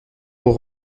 pour